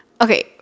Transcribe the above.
okay